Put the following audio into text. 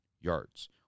yards